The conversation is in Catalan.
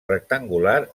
rectangular